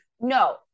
No